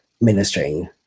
ministering